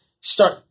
start